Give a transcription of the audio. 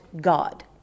God